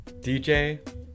DJ